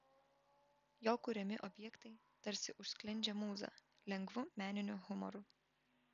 jo kuriami objektai tarsi užsklendžia mūzą lengvu meniniu humoru